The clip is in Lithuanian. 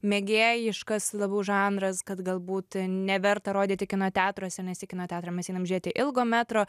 mėgėjiškas labiau žanras kad galbūt neverta rodyti kino teatruose nes į kino teatrą mes einam žiūrėti ilgo metro